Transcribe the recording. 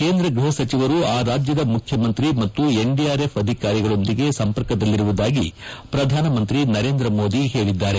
ಕೇಂದ್ರ ಗ್ಯಪ ಸಚಿವರು ಆ ರಾಜ್ಲದ ಮುಖ್ಲಮಂತ್ರಿ ಮತ್ತು ಎನ್ಡಿಆರ್ಎಫ್ ಅಧಿಕಾರಿಗಳೊಂದಿಗೆ ಸಂಪರ್ಕದಲ್ಲಿರುವುದಾಗಿ ಪ್ರಧಾನಮಂತ್ರಿ ನರೇಂದ್ರ ಮೋದಿ ಹೇಳಿದ್ದಾರೆ